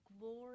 glory